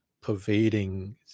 pervading